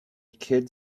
kid